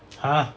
!huh!